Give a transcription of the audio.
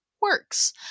works